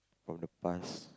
from the past